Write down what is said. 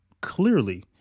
clearly